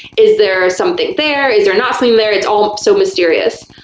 is there something there? is there not something there? it's all so mysterious.